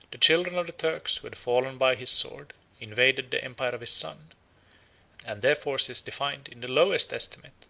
the children of the turks who had fallen by his sword invaded the empire of his son and their force is defined, in the lowest estimate,